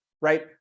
right